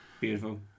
Beautiful